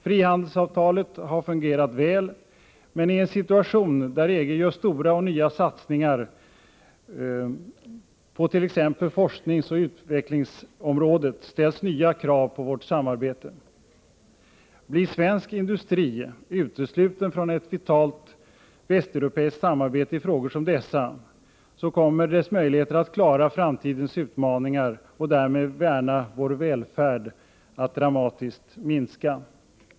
Frihandelsavtalet har fungerat väl, men i en situation där EG gör stora och nya satsningar på t.ex. forskningsoch utvecklingsområdet ställs nya krav på vårt samarbete. Blir svensk industri utesluten från ett vitalt västeuropeiskt samarbete i frågor som dessa kommer dess möjligheter att klara framtidens utmaningar, och därmed värna vår välfärd, att dramatiskt minska.